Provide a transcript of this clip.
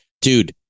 Dude